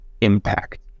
impact